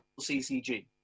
CCG